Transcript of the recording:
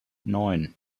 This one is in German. neun